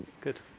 good